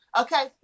Okay